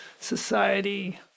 society